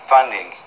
Funding